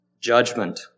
judgment